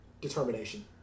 determination